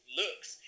looks